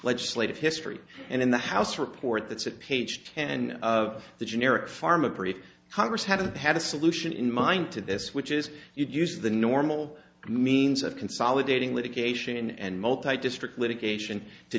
legislative history and in the house report that said page ten of the generic pharma brief congress haven't had a solution in mind to this which is use the normal means of consolidating litigation and multi discipline litigation to